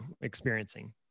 experiencing